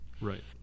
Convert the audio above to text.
right